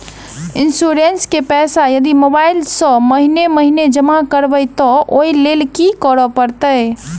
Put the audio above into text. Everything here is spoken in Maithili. इंश्योरेंस केँ पैसा यदि मोबाइल सँ महीने महीने जमा करबैई तऽ ओई लैल की करऽ परतै?